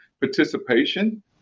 participation